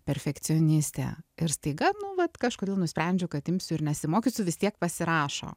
perfekcionistė ir staiga nu vat kažkodėl nusprendžiau kad imsiu ir nesimokysiu vis tiek pasirašo